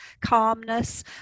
calmness